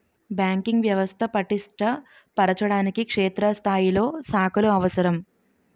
banking వ్యవస్థ పటిష్ట పరచడానికి క్షేత్రస్థాయిలో శాఖలు అవసరం